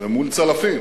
ומול צלפים.